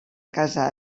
casa